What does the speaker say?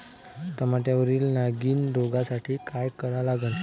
टमाट्यावरील नागीण रोगसाठी काय करा लागन?